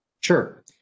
Sure